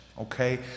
Okay